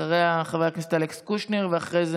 אחריה, חבר הכנסת אלכס קושניר, אחריו,